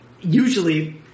usually